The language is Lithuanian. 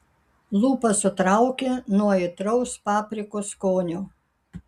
lūpas sutraukė nuo aitraus paprikos skonio